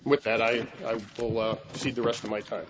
with that i see the rest of my time